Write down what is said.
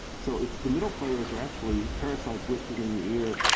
so if the middle players are actually parasites whispering in your ear,